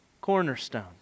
cornerstone